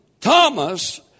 Thomas